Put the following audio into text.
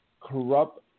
corrupt